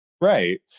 right